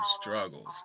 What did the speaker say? struggles